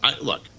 look